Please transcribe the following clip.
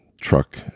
Truck